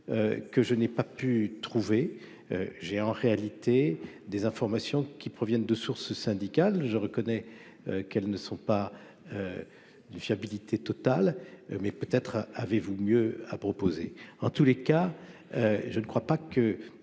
que je n'ai pas pu trouver, j'ai en réalité des informations qui proviennent de sources syndicales, je reconnais qu'elles ne sont pas d'une fiabilité totale mais peut-être avez-vous mieux à proposer, en tous les cas, je ne crois pas que